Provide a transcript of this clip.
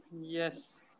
Yes